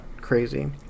crazy